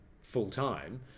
full-time